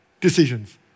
decisions